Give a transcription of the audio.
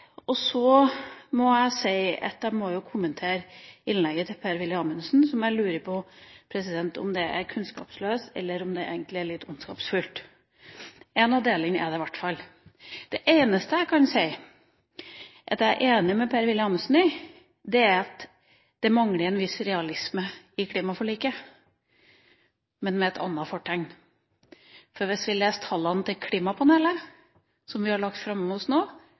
Så må jeg kommentere innlegget til Per-Willy Amundsen. Jeg lurer på om det er kunnskapsløst, eller om det egentlig er litt ondskapsfullt – en av delene er det i hvert fall. Det eneste jeg kan si at jeg er enig med Per-Willy Amundsen i, er at det mangler en viss realisme i klimaforliket, men med et annet fortegn. Hvis vi leser tallene til klimapanelet, som vi har fått framlagt nå,